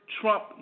trump